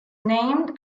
named